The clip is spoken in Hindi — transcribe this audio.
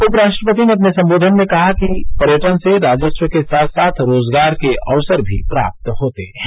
उपराष्ट्रपति ने अपने सम्बोधन में कहा कि पर्यटन से राजस्व के साथ साथ रोजगार के अवसर पर भी प्राप्त होते हैं